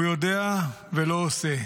הוא יודע ולא עושה.